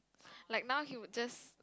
like now he would just